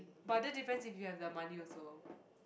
but that depends if you have the money also